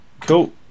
Cool